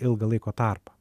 ilgą laiko tarpą